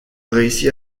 réussit